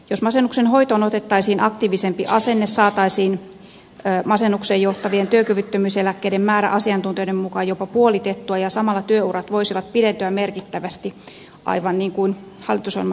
jos masennuksen hoitoon otettaisiin aktiivisempi asenne saataisiin masennukseen johtavien työkyvyttömyyseläkkeiden määrä asiantuntijoiden mukaan jopa puolitettua ja samalla työurat voisivat pidentyä merkittävästi aivan niin kuin hallitusohjelmassakin sanotaan